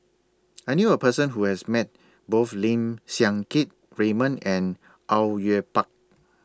I knew A Person Who has Met Both Lim Siang Keat Raymond and Au Yue Pak